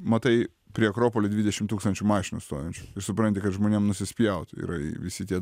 matai prie akropolio dvidešim tūkstančių mašinų stovinčių tai supranti kad žmonėm nusispjaut yra visi tie